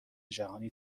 جهانی